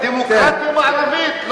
דמוקרטיה מערבית,